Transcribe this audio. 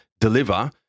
deliver